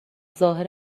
ظاهر